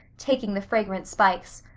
taking the fragrant spikes.